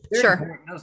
sure